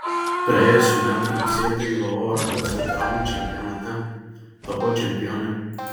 praėjusių metų rugsėjį dalyvavau europos veteranų čempionate tapau čempione